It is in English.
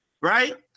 right